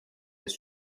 his